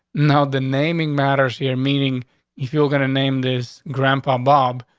no, the naming matters here. meaning if you're gonna name this grandpa bob,